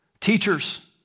teachers